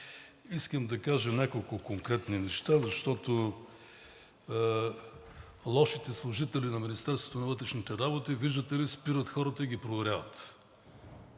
Искам да кажа няколко конкретни неща, защото лошите служители на Министерството на вътрешните работи, виждате ли, спират хората и ги проверяват.